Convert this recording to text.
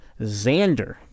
Xander